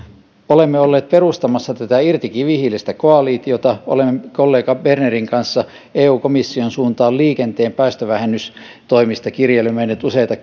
olemme olleet perustamassa tätä irti kivihiilestä koalitiota olemme kollega bernerin kanssa eu komission suuntaan liikenteen päästövähennystoimista kirjelmöineet useita